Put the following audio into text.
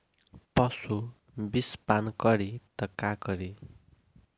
पशु विषपान करी त का करी?